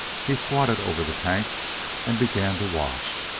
he squatted over the tank and began to wash.